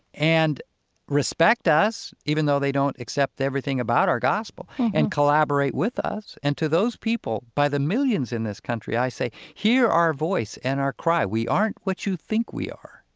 and respect us, even though they don't accept everything about our gospel, and collaborate with us. and to those people, by the millions in this country, i say, hear our voice and our cry. we aren't what you think we are.